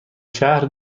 شهر